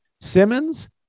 Simmons